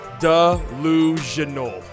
delusional